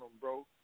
bro